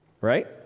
right